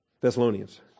Thessalonians